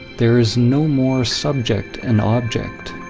there is no more subject and object.